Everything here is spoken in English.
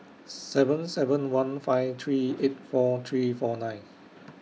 seven seven one five three eight four three four nine